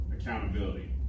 accountability